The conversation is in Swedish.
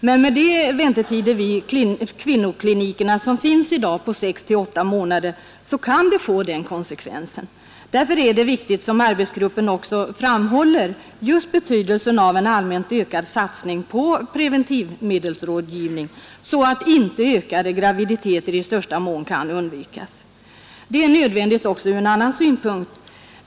Men de väntetider som finns vid kvinnoklinikerna i dag — sex till åtta månader — kan få den konsekvensen. Därför är det, som arbetsgruppen också framhåller, viktigt med en allmänt ökad satsning på preventivmedelsrådgivning, så att oönskade graviditeter i största möjliga mån kan undvikas. En sådan satsning är nödvändig också från en annan synpunkt.